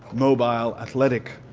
mobile, athletic